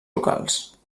locals